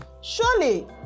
Surely